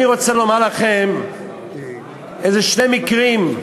אני רוצה לומר לכם על שני מקרים,